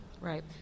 Right